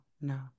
no